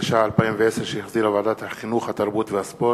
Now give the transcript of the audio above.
התש"ע 2010 שהחזירה ועדת החינוך, התרבות והספורט,